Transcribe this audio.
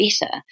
better